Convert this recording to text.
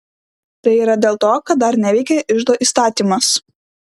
tai yra dėl to kad dar neveikia iždo įstatymas